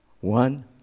One